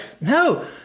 no